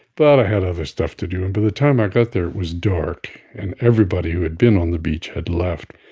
but i had other stuff to do. and by the time i got there, it was dark and everybody who had been on the beach had left.